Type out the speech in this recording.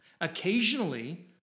Occasionally